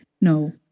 no